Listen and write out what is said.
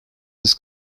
this